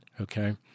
okay